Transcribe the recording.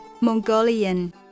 Mongolian